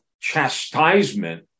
chastisement